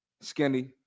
skinny